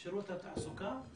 שירות התעסוקה?